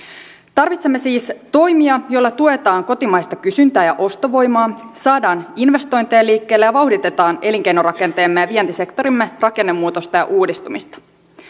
tarvitsemme siis toimia joilla tuetaan kotimaista kysyntää ja ostovoimaa saadaan investointeja liikkeelle ja vauhditetaan elinkeinorakenteemme ja vientisektorimme rakennemuutosta ja uudistumista